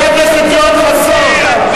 חבר הכנסת יואל חסון,